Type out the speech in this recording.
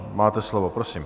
Máte slovo, prosím.